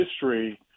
history